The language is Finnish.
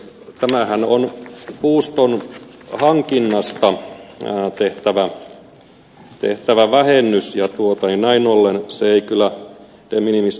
tämähän on puuston hankinnasta tehtävä vähennys ja näin ollen se ei kyllä de minimis tukea ole